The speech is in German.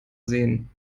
sehen